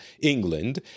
England